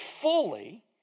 fully